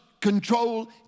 control